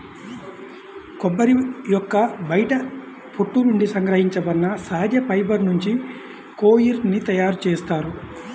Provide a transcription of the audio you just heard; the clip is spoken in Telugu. కొబ్బరి యొక్క బయటి పొట్టు నుండి సంగ్రహించబడిన సహజ ఫైబర్ నుంచి కోయిర్ ని తయారు చేస్తారు